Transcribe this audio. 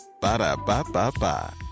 Ba-da-ba-ba-ba